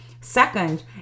second